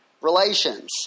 relations